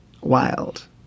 wild